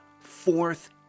fourth